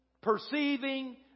perceiving